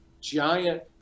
giant